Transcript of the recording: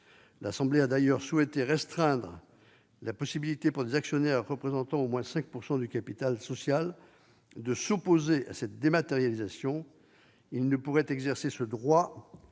nationale a d'ailleurs souhaité restreindre la possibilité pour des actionnaires représentant au moins 5 % du capital social de s'opposer à cette dématérialisation : ceux-ci ne pourraient exercer ce droit